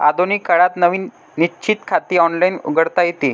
आधुनिक काळात नवीन निश्चित खाते ऑनलाइन उघडता येते